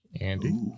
Andy